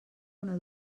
una